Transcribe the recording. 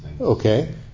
Okay